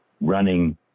running